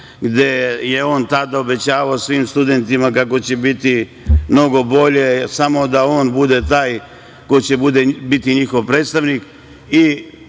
gde je tada obećavao svim studentima kako će biti mnogo bolje samo da on bude taj koji će biti njihov predstavnik